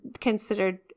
considered